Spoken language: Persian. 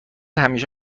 همیشه